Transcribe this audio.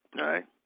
Right